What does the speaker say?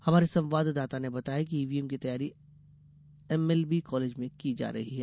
हमारे संवाददाता ने बताया कि ईवीएम की तैयारी एमएलबी कॉलेज में की जा रही है